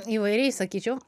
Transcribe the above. įvairiai sakyčiau